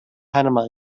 panama